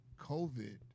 COVID